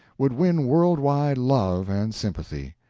would win world-wide love and sympathy.